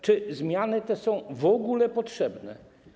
Czy zmiany te są w ogóle potrzebne?